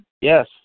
Yes